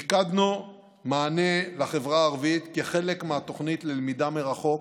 מיקדנו מענה בחברה הערבית כחלק מהתוכנית ללמידת מרחוק,